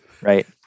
Right